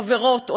חברות,